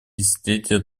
десятилетия